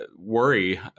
worry